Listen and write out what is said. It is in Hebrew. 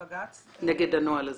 נגד הנוהל הזה?